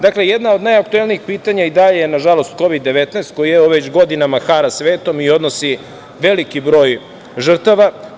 Dakle, jedno od najaktuelnijih pitanja i dalje je, nažalost, Kovid-19, koji evo već godinama hara svetom i odnosi veliki broj žrtava.